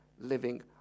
living